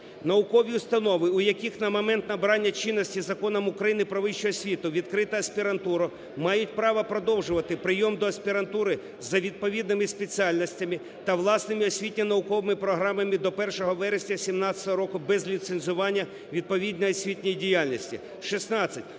"Наукові установи, у яких на момент набрання чинності Законом України "Про вищу освіту" відкрито аспірантуру, мають право продовжувати прийом до аспірантури за відповідними спеціальностями та власними освітньо-науковими програмами до 1 вересня 2017 року без ліцензування відповідної освітньої діяльності.